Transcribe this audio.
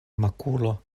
makulo